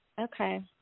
Okay